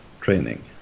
training